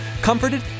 comforted